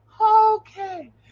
Okay